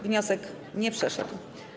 Wniosek nie przeszedł.